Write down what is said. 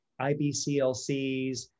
IBCLCs